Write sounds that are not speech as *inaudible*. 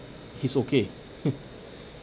he's okay *laughs*